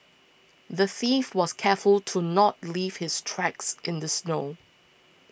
the thief was careful to not leave his tracks in the snow